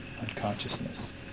unconsciousness